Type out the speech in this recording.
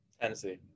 Tennessee